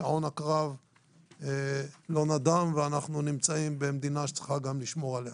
שאון הקרב לא נדם ואנחנו נמצאים במדינה שצריכה גם לשמור על עצמה.